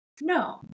No